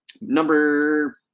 Number